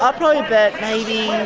ah probably bet maybe